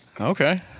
Okay